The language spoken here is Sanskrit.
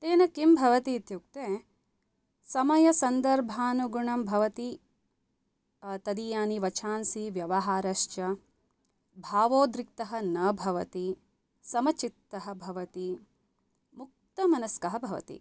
तेन किं भवति इत्युक्ते समयसन्दर्भानुगुणं भवति तदीयानि वचांसि व्यवहारश्च भवोद्रिक्तः न भवति समचित्तः भवति मुक्तमनस्कः भवति